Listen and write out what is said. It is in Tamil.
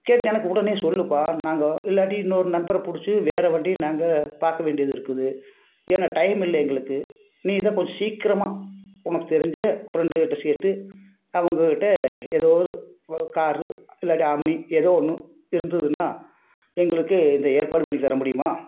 கேட்டு எனக்கு உடனே சொல்லுப்பா நாங்கள் இல்லாட்டி இன்னோரு நண்பரை புடித்து வேறே வண்டியை நாங்கள் பார்க்க வேண்டியது இருக்குது ஏன்னா டைம் இல்லை எங்களுக்கு நீதான் கொஞ்சம் சீக்கிரமாக உனக்கு தெரிஞ்ச ஃப்ரெண்டுங்ககிட்ட கேட்டு அவங்ககிட்ட எதாவது ஒரு கார் இல்லாட்டி ஆமுனி எதோ ஒன்று இருந்துதுன்னா எங்களுக்கு இந்த ஏற்பாடு பண்ணி தர முடியுமா